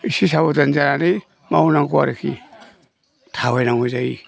एसे साबदान जानानै मावनांगौ आरो थाबाय नांगौ जायो